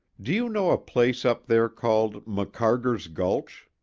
do you know a place up there called macarger's gulch?